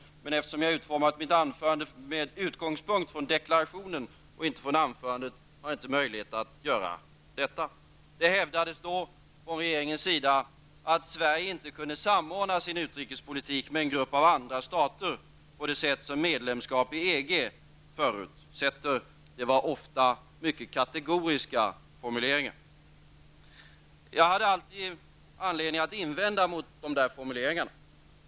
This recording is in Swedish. Men jag har inte möjlighet att göra detta, eftersom jag utformat mitt anförande med utgångspunkt i deklarationen. Det hävdades då från regeringens sida att Sverige inte kunde samordna sin utrikespolitik med en grupp av andra stater på det sätt som medlemskap i EG förutsätter. Det var ofta mycket kategoriska formuleringar. Jag hade alltid anledning att invända mot dessa formuleringar.